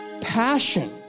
passion